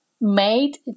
made